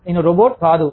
నేను రోబోట్ కాదు